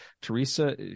Teresa